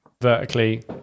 vertically